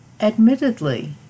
Admittedly